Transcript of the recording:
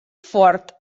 fort